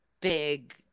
big